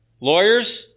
lawyers